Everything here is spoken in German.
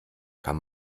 kann